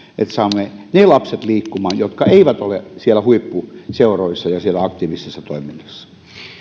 että saamme ne lapset liikkumaan jotka eivät ole siellä huippuseuroissa ja siellä aktiivisessa toiminnassa